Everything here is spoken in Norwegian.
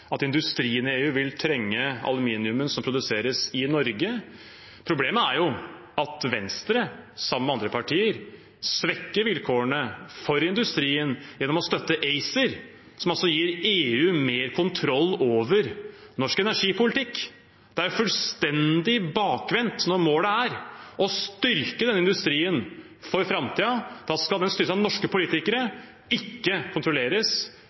at industrien i EU vil trenge aluminiumen som produseres i Norge. Problemet er at Venstre, sammen med andre partier, svekker vilkårene for industrien gjennom å støtte ACER, som gir EU større kontroll over norsk energipolitikk. Det er fullstendig bakvendt når målet er å styrke denne industrien for framtiden. Da skal den styres av norske politikere, ikke kontrolleres